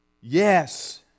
yes